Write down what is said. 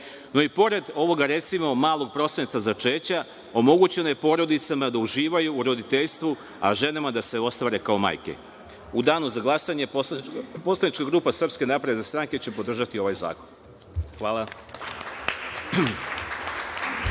33%. Pored ovoga, recimo, malog procenta začeća omogućeno je porodicama da uživaju u roditeljstvu a ženama da se ostvare kao majke.U danu za glasanja poslanička grupa SNS će podržati ovaj zakon. Hvala.